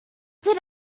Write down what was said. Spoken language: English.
did